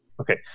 Okay